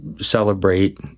celebrate